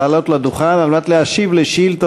לעלות לדוכן על מנת להשיב על שאילתה